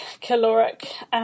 caloric